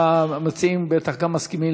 גם המציעים בטח מסכימים,